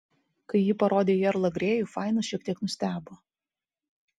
kai ji parodė į erlą grėjų fainas šiek tiek nustebo